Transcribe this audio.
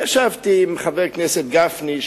ישבתי עם חבר הכנסת גפני,